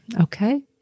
Okay